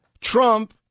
Trump